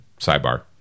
sidebar